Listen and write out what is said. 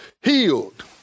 Healed